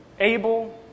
Abel